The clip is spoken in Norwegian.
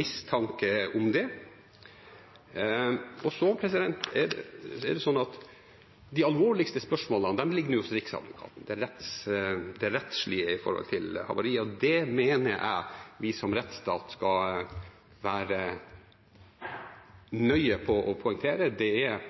mistanke om det. De alvorligste spørsmålene ligger nå hos Riksadvokaten, det rettslige med hensyn til havariet, og det mener jeg vi som rettsstat skal være nøye med å poengtere. Det er